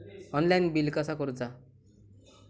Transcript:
Online bill कसा करुचा?